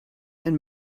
and